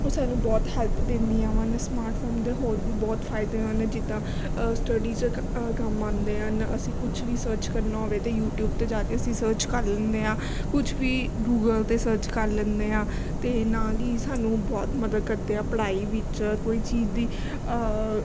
ਉਹ ਸਾਨੂੰ ਬਹੁਤ ਹੈਲਪ ਦਿੰਦੀਆਂ ਹਨ ਸਮਾਰਟਫਾਰਮ ਦੇ ਹੋਰ ਵੀ ਬਹੁਤ ਫਾਇਦੇ ਹਨ ਜਿੱਦਾਂ ਅ ਸਟੱਡੀ 'ਚ ਕੰਮ ਆਉਂਦੇ ਹਨ ਅਸੀਂ ਕੁਛ ਵੀ ਸਰਚ ਕਰਨਾ ਹੋਵੇ ਤਾਂ ਯੂਟੀਊਬ 'ਤੇ ਜਾ ਕੇ ਅਸੀਂ ਸਰਚ ਕਰ ਲੈਂਦੇ ਹਾਂ ਕੁਛ ਵੀ ਗੂਗਲ ਤੇ ਸਰਚ ਕਰ ਲੈਂਦੇ ਹਾਂ ਅਤੇ ਨਾਲ ਹੀ ਸਾਨੂੰ ਬਹੁਤ ਮਦਦ ਕਰਦੇ ਆ ਪੜ੍ਹਾਈ ਵਿੱਚ ਕੋਈ ਚੀਜ਼ ਦੀ